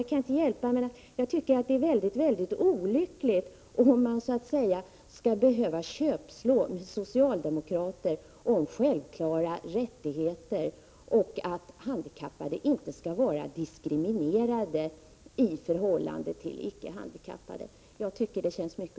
Jag kan inte underlåta att tycka att det är väldigt olyckligt om man skall behöva köpslå med socialdemokraterna om självklara rättigheter och om principen att handikappade inte skall vara diskriminerade i förhållande till icke-handikappade.